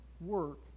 work